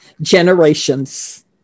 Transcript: generations